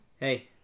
Hey